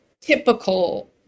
typical